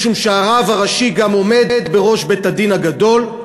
משום שהרב הראשי גם עומד בראש בית-הדין הגדול,